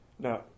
Now